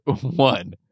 one